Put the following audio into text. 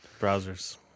browsers